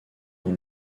dans